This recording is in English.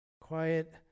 Quiet